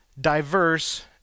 diverse